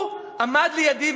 הוא עמד לידי,